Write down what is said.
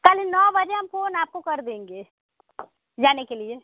कल नौ बजे हम फ़ोन आपको कर देंगे जाने के लिए